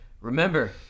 remember